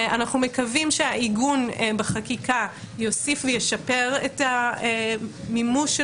אנחנו מקווים שהעיגון בחקיקה יוסיף וישפר את המימוש של